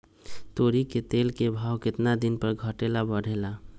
तोरी के तेल के भाव केतना दिन पर घटे ला बढ़े ला?